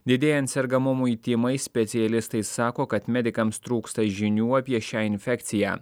didėjant sergamumui tymais specialistai sako kad medikams trūksta žinių apie šią infekciją